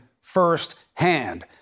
firsthand